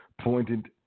pointed